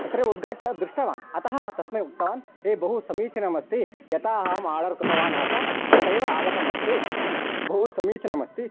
तत्रैव उद्घाट्य दृष्टवान् अतः तस्मै उक्तवान् ये बहु समीचीनमस्ति यदा अहम् आर्डर् कृतवान् आसं तदैव आगतम् अस्ति बहु समीचीनमस्ति